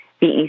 BEC